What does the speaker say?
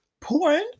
porn